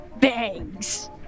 Bangs